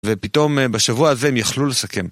ופתאום בשבוע הזה הם יכלו לסכם.